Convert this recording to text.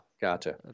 Gotcha